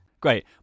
Great